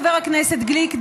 חבר הכנסת גליק,